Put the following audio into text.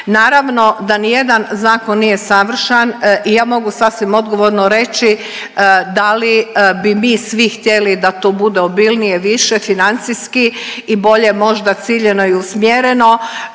Naravno da ni jedan zakon nije savršen i ja mogu sasvim odgovorno reći da li bi mi svi htjeli da to bude obilnije, više financijski i bolje možda ciljano i usmjereno.